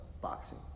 boxing